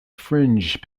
fringe